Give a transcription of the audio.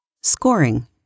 Scoring